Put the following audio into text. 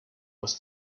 was